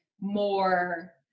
more